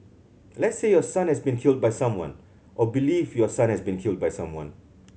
let's say your son has been killed by someone or believe your son has been killed by someone